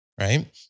right